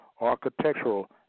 architectural